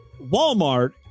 Walmart